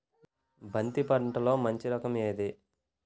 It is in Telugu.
బంతి పంటలో మంచి రకం ఏది?